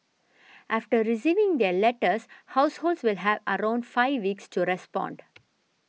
after receiving their letters households will have around five weeks to respond